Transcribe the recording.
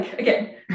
again